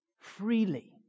freely